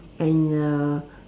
and uh